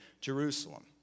Jerusalem